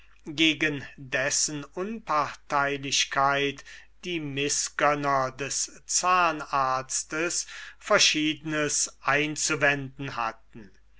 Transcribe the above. gegen dessen unparteilichkeit die mißgönner des zahnarztes verschiedenes einzuwenden hatten